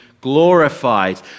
glorified